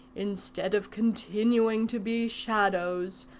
instead of continuing to be shadows,